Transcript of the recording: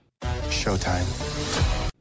Showtime